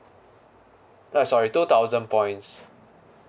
uh sorry two thousand points